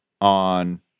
on